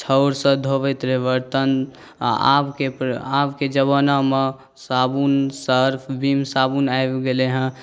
छाउर सऽ धोबैत रहै बर्तन आ आबके आबके जबानामे साबुन सर्फ बिम साबुन आबि गेलैहेँ